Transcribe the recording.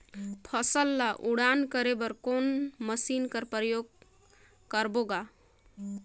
फसल ल उड़ान करे बर कोन मशीन कर प्रयोग करबो ग?